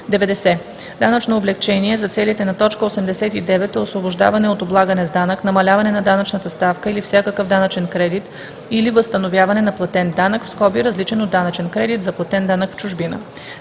„Данъчно облекчение“ за целите на т. 89 е освобождаване от облагане с данък, намаляване на данъчната ставка или всякакъв данъчен кредит или възстановяване на платен данък (различен от данъчен кредит за платен данък в чужбина).